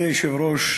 מכובדי היושב-ראש,